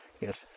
Yes